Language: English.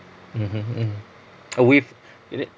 mmhmm mm away